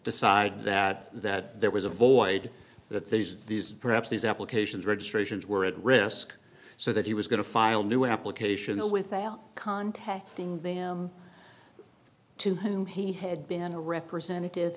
decide that that there was a void that these these perhaps these applications registrations were at risk so that he was going to file new applications all without contacting them to whom he had been a representative